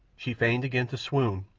she feigned again to swoon,